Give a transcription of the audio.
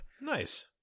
Nice